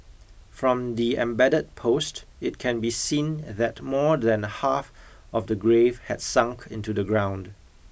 from the embedded post it can be seen that more than half of the grave had sunk into the ground